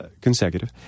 consecutive